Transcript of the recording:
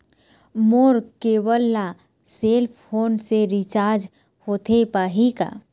मोर cable ला cell phone से recharge होथे पाही का?